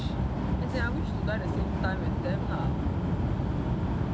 as in I wish to die the same time as them lah